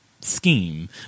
scheme